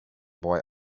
boy